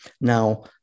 Now